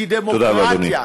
כי דמוקרטיה, תודה רבה, אדוני.